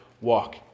walk